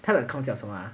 他的 account 叫什么 ah